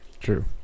True